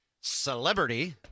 celebrity